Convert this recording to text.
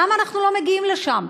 למה אנחנו לא מגיעים לשם?